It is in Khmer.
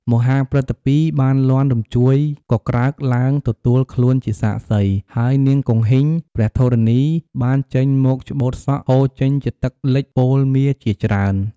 មហាប្រតិពីបានលាន់រញ្ជួយកក្រើកឡើងទទួលខ្លួនជាសាក្សី ហើយនាងគង្ហីងព្រះធរណីបានចេញមកច្បូតសក់ហូរចេញជាទឹកលិចពលមារជាច្រើន។